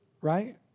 right